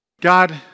God